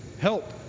help